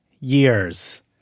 years